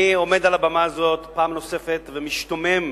אני עומד על הבמה הזאת פעם נוספת ומשתומם